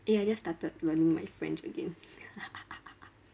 eh I just started learning my french again